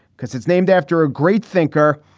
because it's named after a great thinker.